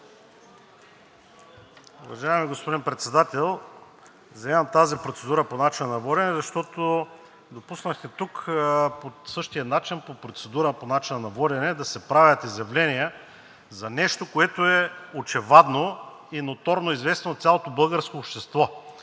Уважаеми господин Председател, вземам тази процедура по начина на водене, защото допуснахте тук по същия начин – по процедура по начина на водене, да се правят изявления за нещо, което е очевадно и ноторно известно на цялото българско общество.